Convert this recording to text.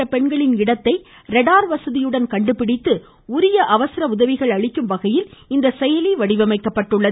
பாதிக்கப்பட்ட பெண்களின் இடத்தை ரேடார் வசதியுடன் கண்டுபிடித்து உரிய அவசர உதவி அளிக்கும் வகையில் இந்த செயலி வடிவமைக்கப்பட்டுள்ளது